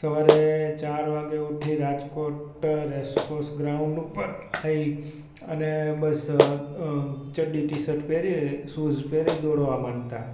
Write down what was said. સવારે ચાર વાગે ઊઠી રાજકોટ રેસકોર્સ ગ્રાઉન્ડ ઉપર જઈ અને બસ ચડ્ડી ટી શર્ટ પહેરી શુઝ પહેરી દોડવા માંડતા